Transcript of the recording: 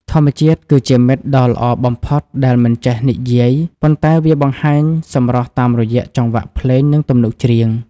ធម្មជាតិគឺជាមិត្តដ៏ល្អបំផុតដែលមិនចេះនិយាយ ប៉ុន្តែវាបង្ហាញសម្រស់តាមរយៈចង្វាក់ភ្លេង និងទំនុកច្រៀង។